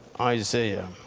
Isaiah